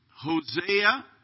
Hosea